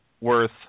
worth